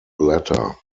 letter